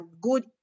good